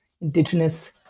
Indigenous